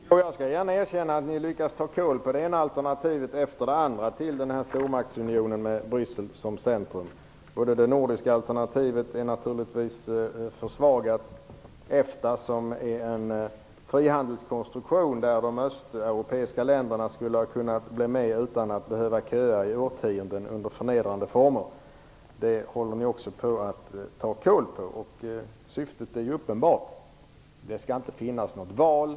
Herr talman! Jag skall gärna erkänna att ni lyckas ta kål på det ena alternativet efter det andra till en stormaktsunion med Bryssel som centrum. Det nordiska alternativet är naturligtvis försvagat. EFTA är en frihandelskonstruktion, där de östeuropeiska länderna skulle ha kunnat gå med utan att behöva köa i årtionden under förnedrande former. Detta håller ni också på att ta kål på. Syftet är uppenbart. Det skall inte finnas något val.